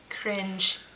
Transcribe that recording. Cringe